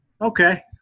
Okay